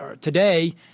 today